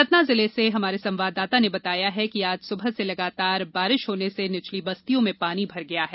सतना जिले से हमारे संवाददाता ने बताया है कि आज सुबह से लगातार बारिश होने से निचली बस्तियों में पानी भर गया है